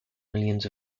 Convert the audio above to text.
millions